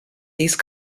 these